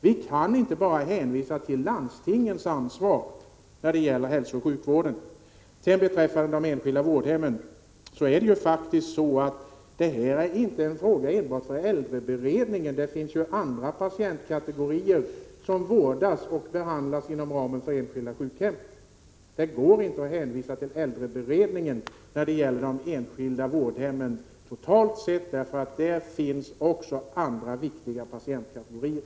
Vi kan inte bara hänvisa till landstingens ansvar när det gäller hälsooch sjukvården. Vad sedan gäller de enskilda vårdhemmen är den fråga vi har tagit upp inte någonting som enbart berör äldreberedningen. Även andra patientkategorier vårdas och behandlas inom ramen för enskilda sjukhem. Det går alltså inte att hänvisa till äldreberedningen när det gäller de enskilda vårdhemmen totalt sett, eftersom där vårdas också andra viktiga patientkategorier.